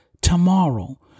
tomorrow